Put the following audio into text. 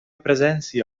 presència